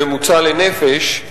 בממוצע לנפש,